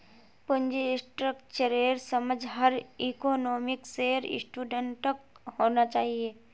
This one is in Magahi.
पूंजी स्ट्रक्चरेर समझ हर इकोनॉमिक्सेर स्टूडेंटक होना चाहिए